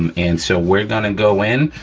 um and so we're gonna and go in,